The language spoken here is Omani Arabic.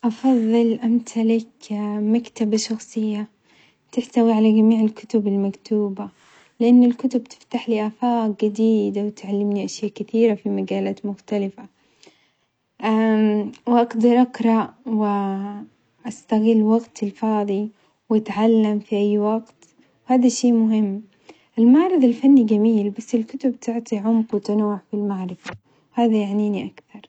أفظل أمتلك مكتبة شخصية تحتوي على جميع الكتب المكتوبة لأن الكتب تفتحلي آفاق جديدة وتعملني أشياء كثيرة في مجالات مختلفة، وأقدر أقرأ وأستغل وقتي الفاظي وأتعلم في أي وقت هذا شي مهم، المعرض الفني جميل بس الكتب تعطي عمق وتنوع في المعرفة، هذا يعنيني أكثر.